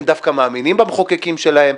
הם דווקא מאמינים במחוקקים שלהם,